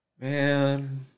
man